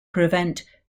prevent